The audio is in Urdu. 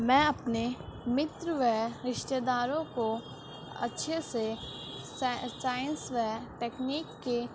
میں اپنے متر و رشتہ داروں کو اچھے سے سائنس و ٹیکنیک کے